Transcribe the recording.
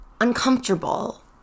uncomfortable